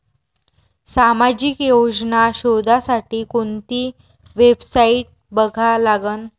सामाजिक योजना शोधासाठी कोंती वेबसाईट बघा लागन?